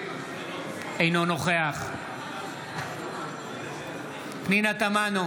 אינו נוכח פנינה תמנו,